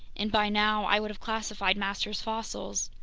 and by now i would have classified master's fossils.